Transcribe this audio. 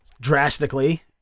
drastically